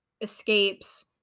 escapes